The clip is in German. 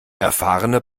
erfahrene